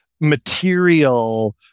material